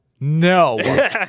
No